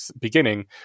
beginning